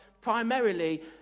primarily